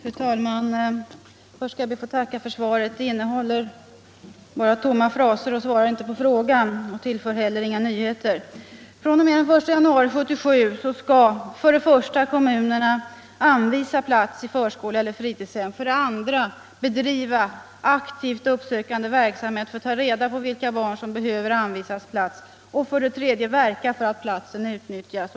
Fru talman! Till att börja med skall jag be att få tacka för svaret. Det innehåller bara tomma fraser och svarar inte på frågan. Det tillför inte heller debatten några nyheter. fr.o.m. den 1 januari 1977 skall kommunerna för det första anvisa plats i förskola eller fritidshem, för det andra bedriva aktivt uppsökande verksamhet för att ta reda på vilka barn som behöver anvisas plats och för det tredje verka för att platsen utnyttjas.